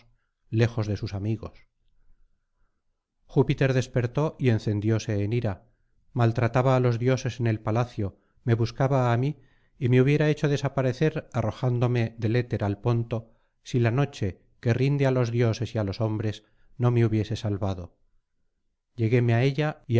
lejos de sus amigos júpiter despertó y encendióse en ira maltrataba á los dioses en el palacio me buscaba á mí y me hubiera hecho desaparecer arrojándome del éter al ponto si la noche que rinde á los dioses y á los hombres no me hubiese salvado llegúeme á ella